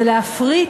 זה להפריט,